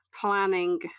planning